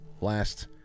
last